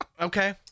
Okay